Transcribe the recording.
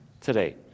today